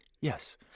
yes